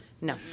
No